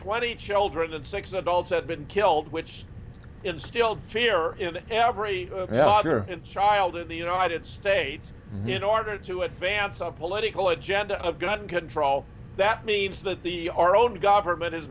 twenty children and six adults have been killed which instilled fear in every here and child in the united states in order to advance a political agenda of gun control that means that the our own government has